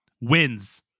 wins